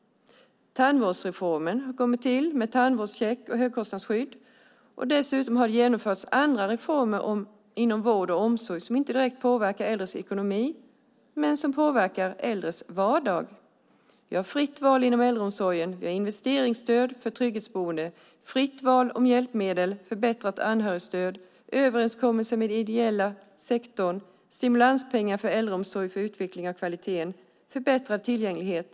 En tandvårdsreform har kommit till stånd med tandvårdscheck och högkostnadsskydd. Dessutom har det genomförts andra reformer inom vård och omsorg som inte direkt påverkar äldres ekonomi, men som påverkar äldres vardag. Vi har fritt val inom äldreomsorgen. Vi har investeringsstöd för trygghetsboende, fritt val av hjälpmedel, förbättrat anhörigstöd, överenskommelse med den ideella sektorn, stimulanspengar till äldreomsorgen för utveckling av kvaliteten och förbättrad tillgänglighet.